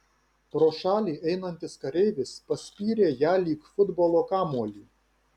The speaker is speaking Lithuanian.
pro šalį einantis kareivis paspyrė ją lyg futbolo kamuolį